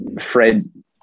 Fred